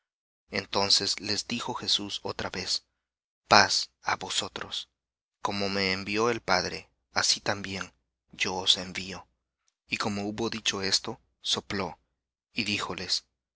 entonces les dijo jesús otra vez paz á vosotros como me envió el padre así también yo os envío y como hubo dicho esto sopló y